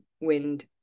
wind